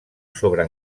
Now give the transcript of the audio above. sobre